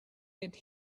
get